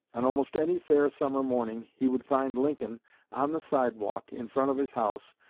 on almost any fair summer morning he would find lincoln on the sidewalk in front of his house,